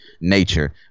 nature